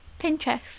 pinterest